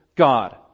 god